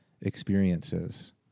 experiences